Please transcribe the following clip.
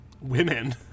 women